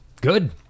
Good